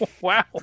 Wow